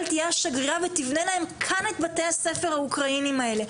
תהיה השגרירה ותבנה להם כאן את בתי הספר האוקראינים האלה.